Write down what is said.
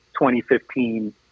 2015